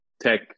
tech